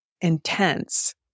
intense